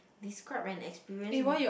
describe an experience where